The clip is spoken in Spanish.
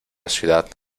ciudad